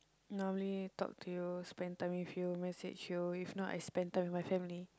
normally talk to you spend time with you message you if not I spend time with my family